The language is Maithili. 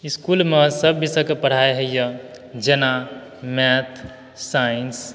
इस्कूलमे सभ विषयके पढ़ाइ होइए जेना मैथ साइंस